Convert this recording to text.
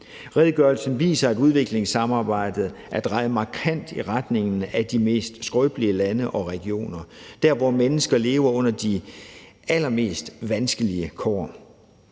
Redegørelsen viser, at udviklingssamarbejdet er drejet markant i retning af de mest skrøbelige lande og regioner, der, hvor mennesker lever under de allermest vanskelige kår,